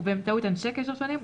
ובאמצעות אנשי קשר שונים,